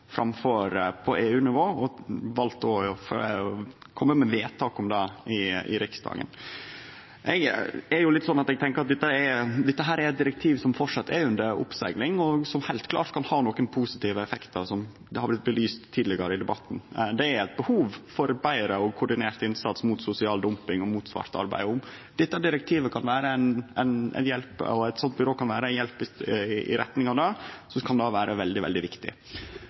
framfor på EU-nivå, og har valt å kome med vedtak om det i Riksdagen. Eg er litt slik at eg tenkjer at dette er eit direktiv som framleis er under oppsegling, og som heilt klart kan ha nokre positive effektar, slik det har vorte belyst tidlegare i debatten. Det er eit behov for betre og meir koordinert innsats mot sosial dumping og mot svart arbeid, og om eit slikt byrå kan vere ein hjelp i retning av det, kan det vere veldig viktig.